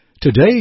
today